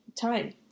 time